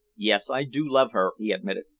yes, i do love her, he admitted.